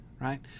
right